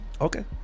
Okay